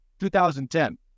2010